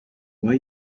why